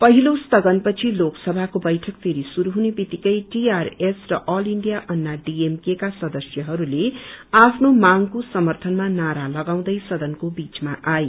पहिलो स्थगन पछि लोकसभाको बैठक फेरि श्रुरू हुने बित्तिकै टीआरएस र अल इण्डिया अन्ना डिएमके क्र सदस्यहरूले आफ्नो मांगको समर्थनमा नारा लगाउँदै सदनको बीचामा आए